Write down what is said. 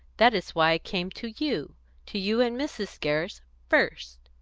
that is why i came to you to you and mrs. gerrish first,